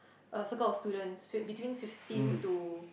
a circle of students fif~ between fifteen to